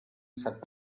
satrap